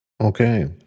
Okay